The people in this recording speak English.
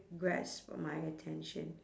grasp for my attention